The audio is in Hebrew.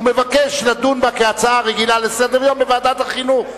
ומבקש לדון בה כהצעה רגילה לסדר-יום בוועדת החינוך.